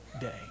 day